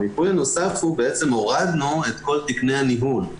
בעצם הורדנו את כל תקני הניהול,